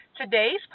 Today's